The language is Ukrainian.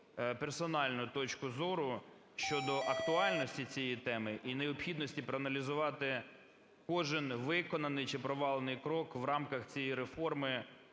персональну точку зору щодо актуальності цієї теми і необхідності проаналізувати кожен виконаний чи провалений крок в рамках цієї реформи,